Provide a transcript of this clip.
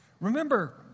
Remember